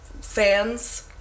fans